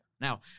now